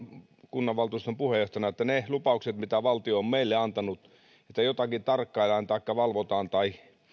kunnanvaltuuston puheenjohtajana kokenut että ne lupaukset mitä valtio on valtion toimenpiteinä meille antanut että jotakin tarkkaillaan taikka valvotaan tai